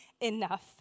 enough